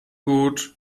gut